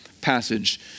passage